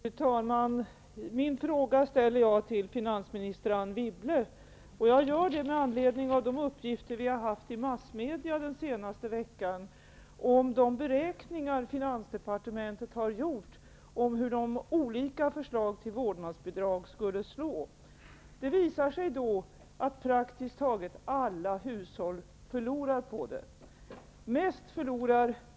Fru talman! Jag ställer min fråga till finansminister Anne Wibble. Det gör jag med anledning av de uppgifter som den senaste veckan har stått att läsa i massmedia angående de beräkningar finansdepartementet har gjort om hur de olika förslagen till vårdnadsbidrag skulle slå. Det visar sig att praktiskt taget alla hushåll förlorar på vårdnadsbidrag.